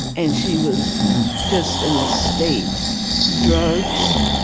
and she was just in a state drugs.